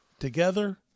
Together